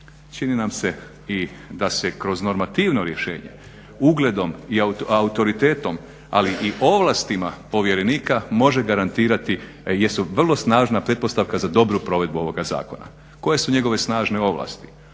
Čini nam se i da se kroz normativno rješenje ugledom i autoritetom, ali i ovlastima povjerenika može garantirati jesu vrlo snažna pretpostavka za dobru provedbu ovoga zakona. Koje su njegove snažene ovlasti,